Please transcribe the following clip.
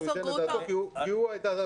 כי הוא ייתן את דעתו.